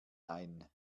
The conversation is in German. ein